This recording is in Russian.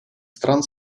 стран